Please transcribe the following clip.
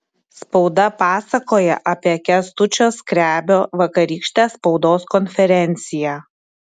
spauda pasakoja apie kęstučio skrebio vakarykštę spaudos konferenciją